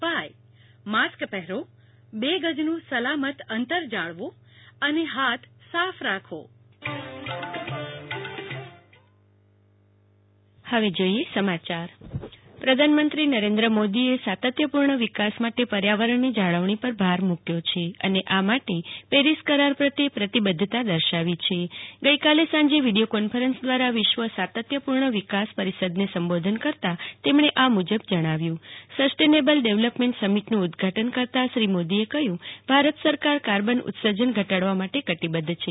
sustainable development summit પ્રધાનમંત્રી નરેન્દ્ર મોદીએ સાતત્યપૂર્ણ વિકાસ માટે પર્યાવરણની જાળવણી પર ભાર મુક્યો છે અને આ માટે પેરીસ કરારે પ્રત્યે પ્રતિબદ્વતા દર્શાવી છે ગઈકાલે સાંજે વિડીયો કોન્ફરન્સ દ્વારા વિશ્વ સાતત્યપૂર્ણ વિકાસ પરિષદને સંબોધને કરતાં તેમણે આ મુજબ જણાવ્યું સસ્ટેનેબલ ડેવલપમેન્ટ સમિટનું ઉદઘાટન કરતાં શ્રી મોદીએ કહ્યું કે ભારત સરકાર કાર્બન ઉત્સર્જન ઘટાડવા મૂાટે કેટીબુદ્ધ છે